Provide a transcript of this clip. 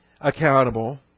accountable